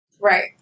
Right